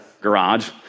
garage